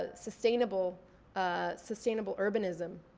ah sustainable ah sustainable urbanism.